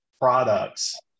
products